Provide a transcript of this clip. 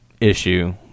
issue